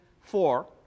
four